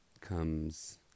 comes